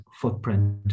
footprint